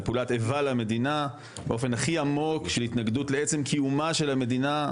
היא פעולת איבה למדינה באופן הכי עמוק של התנגדות לעצם קיומה של המדינה.